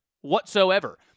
whatsoever